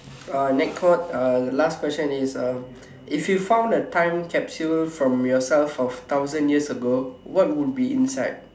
uh next one uh the last question is um if you found a time capsule from yourself of thousand years ago what would be inside